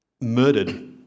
murdered